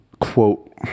quote